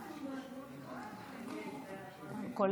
אני קובעת שהצעת חוק לפינוי שדות מוקשים ושטחי נפלים (תיקון מס' 2),